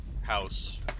house